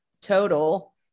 total